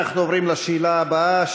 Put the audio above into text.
אנחנו עוברים לשאלה הבאה,